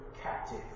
captive